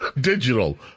Digital